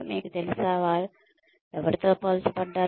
మీకు తెలుసా వారు ఎవరితో పోల్చబడ్డారు